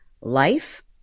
life